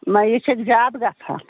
نہَ یہِ چھَکھ زیادٕ گژھان